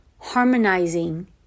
harmonizing